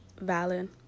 valid